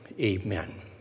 amen